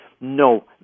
No